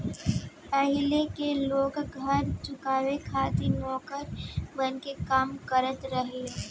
पाहिले के लोग कर चुकावे खातिर नौकर बनके काम करत रहले